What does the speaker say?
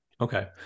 Okay